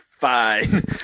Fine